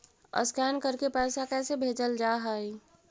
Scan करके पैसा कैसे भेजल जा हइ?